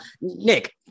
Nick